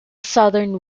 southern